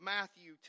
Matthew